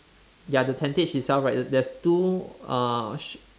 ya the tentage itself right there's two uh sh~